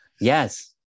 Yes